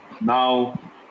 now